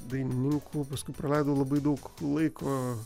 dainininku paskui praleidau labai daug laiko